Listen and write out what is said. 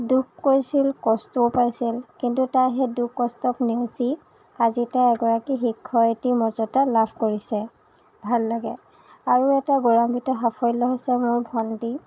দুখ কৰিছিল কষ্টও পাইছিল কিন্তু তাই সেই দুখ কষ্টক নেওচি আজি তাই এগৰাকী শিক্ষয়িত্ৰীৰ মৰ্য্য়দা লাভ কৰিছে ভাল লাগে আৰু এটা গৌৰৱান্বিত সাফল্য় হিচাপে মোৰ ভণ্টী